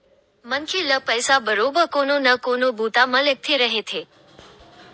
मनखे ल पइसा बरोबर कोनो न कोनो बूता म लगथे रहिथे